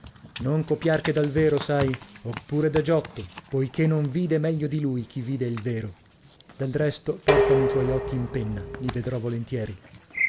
lesta non copiar che dal vero sai oppure da giotto poichè non vide meglio di lui chi vide il vero del resto portami i tuoi occhi in penna li vedrò volentieri